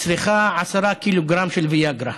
שצריכה עשרה קילוגרם של ויאגרה,